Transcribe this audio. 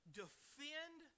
defend